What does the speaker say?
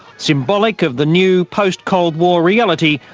symbolic of the new post-cold war reality,